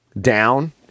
down